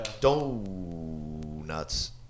Donuts